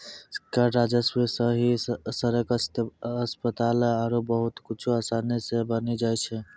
कर राजस्व सं ही सड़क, अस्पताल आरो बहुते कुछु आसानी सं बानी जाय छै